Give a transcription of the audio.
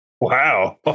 Wow